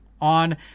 on